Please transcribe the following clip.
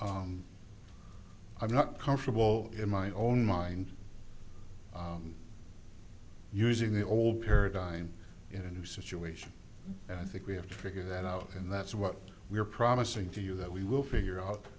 i'm not comfortable in my own mind using the old paradigm in a new situation and i think we have to figure that out and that's what we're promising to you that we will figure out